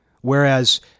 Whereas